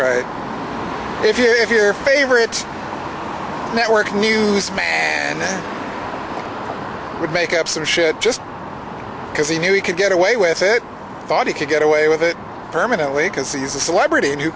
right if your favorite network news man would make up some shit just because he knew he could get away with it thought he could get away with it permanently because he's a celebrity